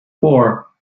four